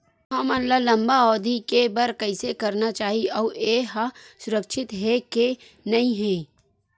हमन ला लंबा अवधि के बर कइसे करना चाही अउ ये हा सुरक्षित हे के नई हे?